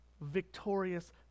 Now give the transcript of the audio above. victorious